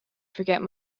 forget